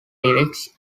lyrics